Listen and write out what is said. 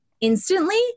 instantly